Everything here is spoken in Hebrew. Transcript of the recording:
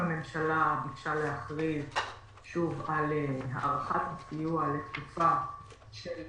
הממשלה ביקשה להכריז שוב על הארכת הסיוע לתקופה של שבועיים,